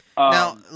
Now